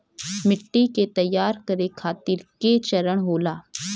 मिट्टी के तैयार करें खातिर के चरण होला?